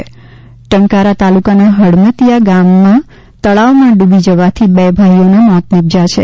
ડુબી જતા મોત ટંકારા તાલુકાના હડમતીયા ગામના તળાવમાં ડુબી જવાથી બે ભાઈઓના મોત નિપજયા છે